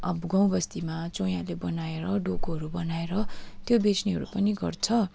अब गाउँ बस्तीमा चोयाले बनाएर डोकोहरू बनाएर त्यो बेच्नेहरू पनि गर्छ